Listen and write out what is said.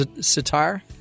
sitar